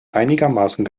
einigermaßen